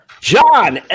John